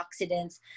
antioxidants